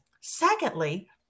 Secondly